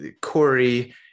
Corey